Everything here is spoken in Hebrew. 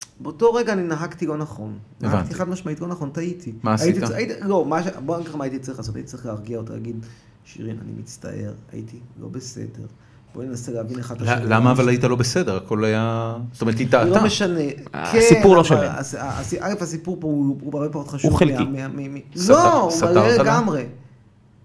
באותו רגע אני נהגתי לא נכון, נהגתי חד משמעית לא נכון, טעיתי, הייתי צ... הייתי, לא. בוא אני אגיד לך מה הייתי צריך לעשות. הייתי צריך להרגיע אותה, להגיד, שירין אני מצטער הייתי לא בסדר.בואי ננסה להבין אחד את השני... ל... למה אבל היית לא בסדר כל היה... זאת אומרת היא טעתה, לא משנה כ... סיפור לא שומע. אלף הסיפור הוא פחות חשוב. הוא חלקי. סטרת, סטרת. לא! הוא שונה לגמרי